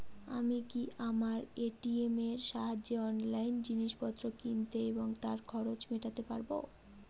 আমি কি আমার এ.টি.এম এর সাহায্যে অনলাইন জিনিসপত্র কিনতে এবং তার খরচ মেটাতে পারব?